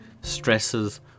stresses